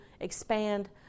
expand